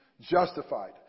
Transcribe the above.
Justified